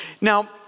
Now